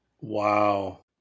Wow